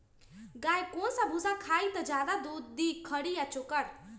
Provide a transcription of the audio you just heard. गाय कौन सा भूसा खाई त ज्यादा दूध दी खरी या चोकर?